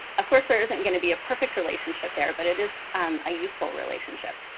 of course there isn't going to be a perfect relationship there, but it is a useful relationship.